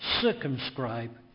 circumscribe